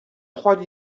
trois